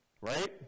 Right